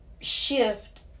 shift